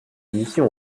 mission